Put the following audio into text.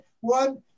one